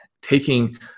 taking